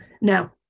now